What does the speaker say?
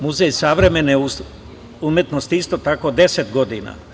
Muzej savremene umetnosti isto tako deset godina.